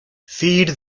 feed